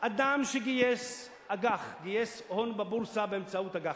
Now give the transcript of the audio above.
אדם שגייס אג"ח, גייס הון בבורסה באמצעות אג"חים,